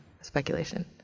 speculation